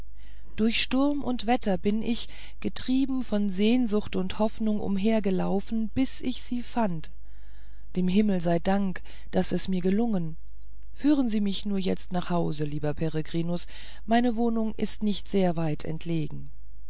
durch sturm und wetter bin ich getrieben von sehnsucht und hoffnung umhergelaufen bis ich sie fand dem himmel dank daß mir dies gelungen führen sie mich nur jetzt nach hause lieber peregrinus meine wohnung ist nicht sehr weit entlegen